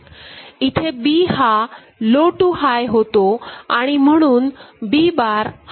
इथे B हा low to high होतो आणि म्हणून B bar high to low होतो